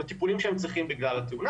לטיפולים שהם צריכים בגלל התאונה.